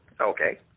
Okay